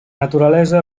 naturalesa